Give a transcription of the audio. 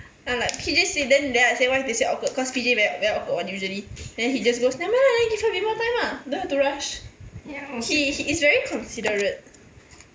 and I'm like P_J say then then I say why they say awkward cause P_J very very awkward [one] usually then he just goes never mind ah then you give her a bit more time ah don't have to rush he he is very considerate